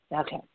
Okay